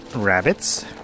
rabbits